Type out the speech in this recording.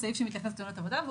עבודה.